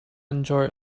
enjoy